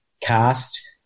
cast